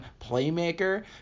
playmaker